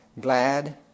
Glad